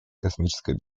космической